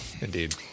indeed